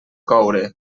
coure